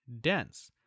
dense